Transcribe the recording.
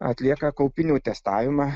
atlieka kaupinių testavimą